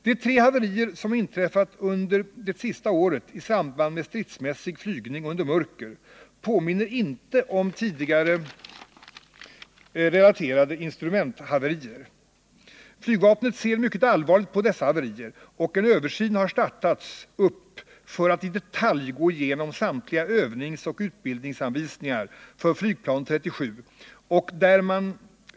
De tre haverier som inträffat under det senaste året i samband med stridsmässig flygning under mörker påminner inte om tidigare relaterade instrumenthaverier. Flygvapnet ser mycket allvarligt på dessa haverier, och en översyn har startats för att i detalj gå igenom samtliga övningsoch utbildningsanvisningar för flygplan 37.